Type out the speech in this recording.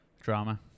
Drama